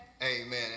Amen